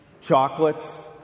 chocolates